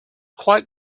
quite